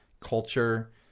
culture